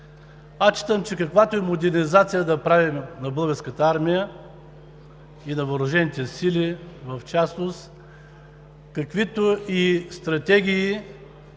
Аз считам, че каквато и модернизация да правим на Българската армия и на въоръжените сили в частност, каквито и стратегии